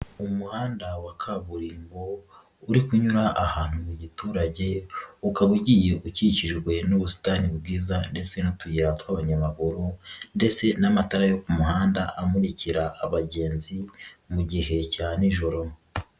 Umuhanda wa kaburimbo uri kunyura ahantu mu giturage, ukaba ugiye ukikijwe n'ubusitani bwiza ndetse n'utuyira tw'abanyamaguru ndetse n'amatara yo ku muhanda amurikira abagenzi mu gihe cya nijoro.